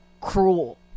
cruel